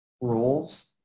rules